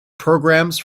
programs